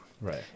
right